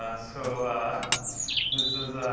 ah so this is